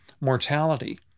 mortality